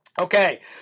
Okay